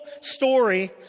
story